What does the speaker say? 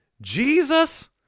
Jesus